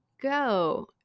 go